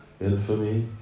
Infamy